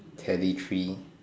Teddy three